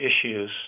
issues